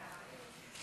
הרווחה והבריאות נתקבלה.